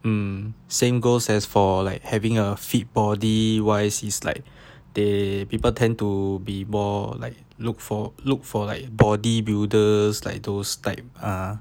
mm same goes as for like having a fit body wise is like the eh people tend to be more like look for look for like body builders like those type ah